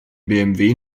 bmw